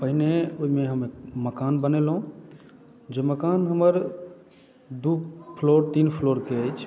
पहिने ओहिमे हम मकान बनेलहुँ जे मकान हमर दू फ्लोर तीन फ्लोर केँ अछि